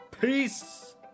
peace